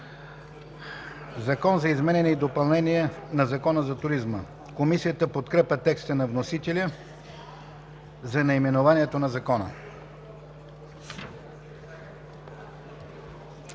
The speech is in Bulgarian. „Закон за изменение и допълнение на Закона за туризма“. Комисията подкрепя текста на вносителя за наименованието на Закона.